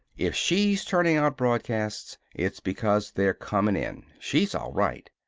if she's turning out broadcasts, it's because they're comin' in! she's all right!